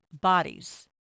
bodies